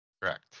Correct